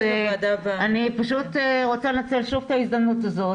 אני פשוט רוצה לנצל שוב את ההזדמנות הזאת